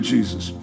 Jesus